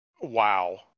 Wow